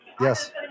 Yes